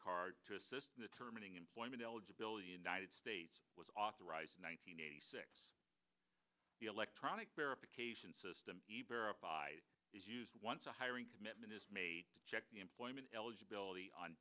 card to assist in the terminating employment eligibility united states was authorized nine hundred eighty six the electronic verification system is used once a hiring commitment is made to check the employment eligibility on